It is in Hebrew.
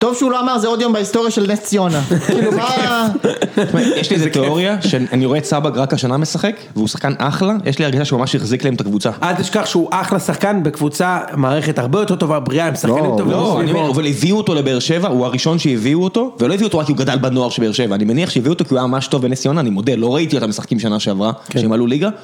טוב שהוא לא אמר זה עוד יום בהיסטוריה של נס ציונה כאילו מה.. יש לי איזה תיאוריה שאני רואה צבא גרקה שנה משחק והוא שחקן אחלה יש לי הרגישה שהוא ממש החזיק להם את הקבוצה. אל תשכח שהוא אחלה שחקן בקבוצה מוערכת הרבה יותר טובה בריאה הם שחקנים טובים- לא, אבל כלומר הביאו אותו לבאר שבע הוא הראשון שהביאו אותו, ולא הביאו אותו רק כי הוא גדל בנוער של באר שבע אני מניח שהביאו אותו כי הוא היה ממש טוב בנס ציונה אני מודה לא ראיתי אותם משחקים שנה שעברה שהם עלו ליגה